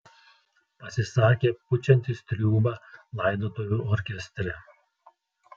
pasisakė pučiantis triūbą laidotuvių orkestre